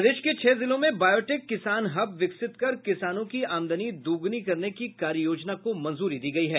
प्रदेश के छह जिलों में बायोटेक किसान हब विकसित कर किसानों की आमदनी दुगुनी करने की कार्ययोजना को मंजूरी दी गयी है